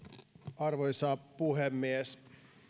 arvoisa puhemies